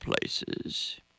places